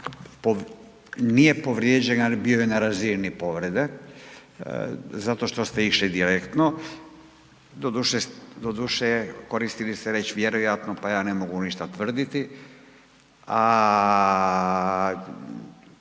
nije povrijeđen ali bio je na razini povrede zato što ste išli direktno, doduše, koristili ste riječ „vjerojatno“ pa ja ne mogu ništa tvrditi,